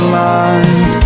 life